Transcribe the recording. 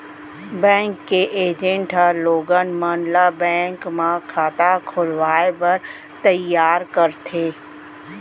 bank के agent ह लोगन मन ल बेंक म खाता खोलवाए बर तइयार करथे